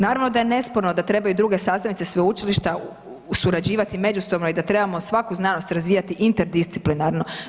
Naravno da je nesporno da trebaju i druge sastavnice sveučilišta surađivati međusobno i da trebamo svaku znanost razvijati interdisciplinarno.